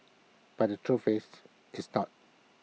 but the truth is it's not